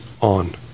on